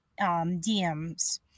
DMs